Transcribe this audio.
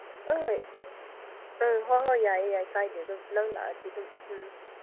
ꯑꯣꯏ ꯑ ꯍꯣꯏ ꯍꯣꯏ ꯌꯥꯏꯌꯦ ꯌꯥꯏ ꯀꯥꯏꯗꯦ ꯑꯗꯨꯝ ꯅꯪ ꯂꯥꯛꯑꯗꯤ ꯑꯗꯨꯝ ꯎꯝ